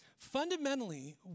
Fundamentally